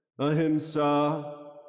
ahimsa